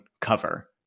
cover